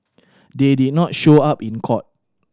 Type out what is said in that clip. they did not show up in court